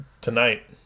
Tonight